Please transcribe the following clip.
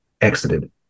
exited